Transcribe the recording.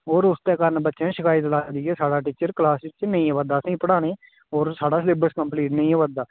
होर उसदे कारण बच्चें शैकत लाई दी कि साढ़ा टीचर क्लास च नेईं आवै दा असेंगी पढ़ाने गी होर साढ़ा सिलेबस कंप्लीट नेईं होआ दा